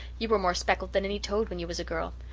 you were more speckled than any toad when you was a girl.